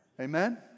Amen